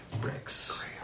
bricks